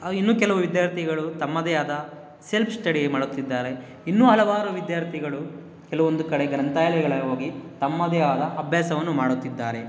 ಇನ್ನೂ ಕೆಲವು ವಿದ್ಯಾರ್ಥಿಗಳು ತಮ್ಮದೇ ಆದ ಸೆಲ್ಫ್ ಸ್ಟಡಿ ಮಾಡುತ್ತಿದ್ದಾರೆ ಇನ್ನೂ ಹಲವಾರು ವಿದ್ಯಾರ್ಥಿಗಳು ಕೆಲವೊಂದು ಕಡೆ ಗ್ರಂಥಾಲಯಗಳ ಹೋಗಿ ತಮ್ಮದೇ ಆದ ಅಭ್ಯಾಸವನ್ನು ಮಾಡುತ್ತಿದ್ದಾರೆ